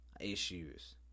issues